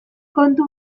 kontu